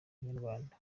munyarwanda